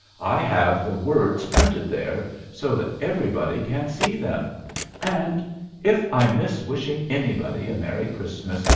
i have the words printed there so that everybody can see them and if i miss wishing anybody a merry christmas,